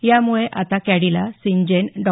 यामुळे आता कॅडिला सिनजेन डॉ